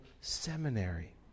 seminary